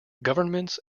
governments